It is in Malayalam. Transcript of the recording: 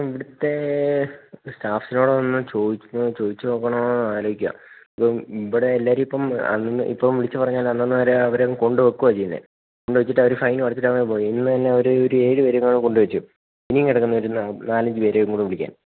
ഇവിടുത്തെ സ്റ്റാഫിനോടൊന്ന് ചോദിച്ച് ചോദിച്ച് നോക്കണോ എന്ന് ആലോചിക്കുകയാ ഇപ്പം ഇവിടെ എല്ലാവരും ഇപ്പം അന്നന്ന് ഇപ്പം വിളിച്ച് പറഞ്ഞാൽ അന്നന്ന് അവരാ അവരങ്ങ് കൊണ്ട് വെക്കുവാ ചെയ്യുന്നത് കൊണ്ടുവെച്ചിട്ട് അവർ ഫൈനും അടച്ചിട്ടങ്ങ് പോയി ഇന്നുതന്നെയൊരു ഒരു ഏഴ്പേരെങ്ങാനും കൊണ്ട് വെച്ചു ഇനിയും കിടക്കുന്നു ഒരു നാലഞ്ച് പേരെയും കൂടെ വിളിക്കാൻ